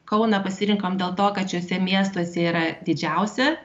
kauną pasirinkom dėl to kad šiuose miestuose yra didžiausia